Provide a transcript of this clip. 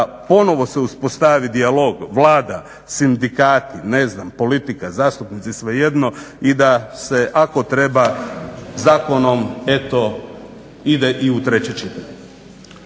ponovo se uspostavi dijalog Vlada, sindikati, ne znam politika, zastupnici, svejedno i da se ako treba zakonom eto ide i u treće čitanje.